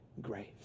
grace